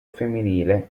femminile